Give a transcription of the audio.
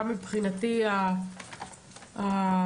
אתה מבחינתי המתכלל,